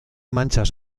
manchas